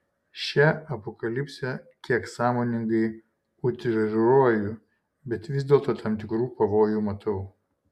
šią apokalipsę kiek sąmoningai utriruoju bet vis dėlto tam tikrų pavojų matau